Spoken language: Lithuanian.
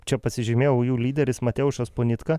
čia pasižymėjau jų lyderis mateušas ponitka